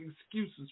excuses